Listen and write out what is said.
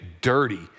dirty